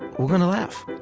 we're going to laugh